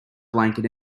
blanket